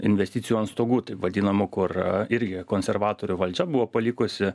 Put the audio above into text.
investicijų ant stogų taip vadinamų kur irgi konservatorių valdžia buvo palikusi